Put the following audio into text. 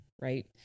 Right